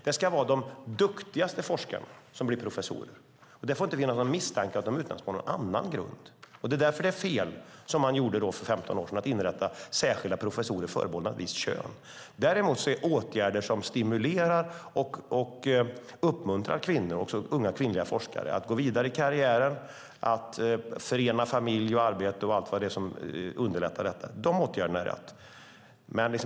Det ska vara de duktigaste forskarna som blir professorer. Det får inte finnas någon misstanke om att de utnämns på någon annan grund. Därför var det som man gjorde för 15 år sedan fel, nämligen att inrätta särskilda professurer förbehållna ett visst kön. Däremot är det rätt med åtgärder som stimulerar och uppmuntrar unga kvinnliga forskare att gå vidare i karriären och som underlättar för kvinnor att förena familj och arbete.